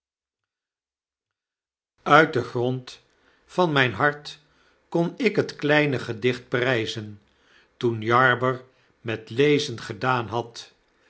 uit grond van myn hart kon ik het kleine gedicht pryzen toen jarber met lezen gedaan had